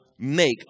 Make